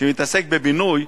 שמתעסק בבינוי,